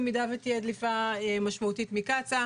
במידה ותהיה דליפה משמעותית מקצא"א.